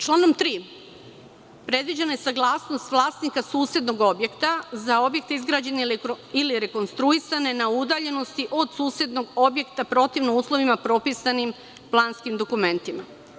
Članom 3. predviđena je saglasnost vlasnika susednog objekta za objekte izgrađene ili rekonstruisane na udaljenosti od susednog objekta protivno uslovima propisanim planskim dokumentima.